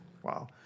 Wow